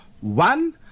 one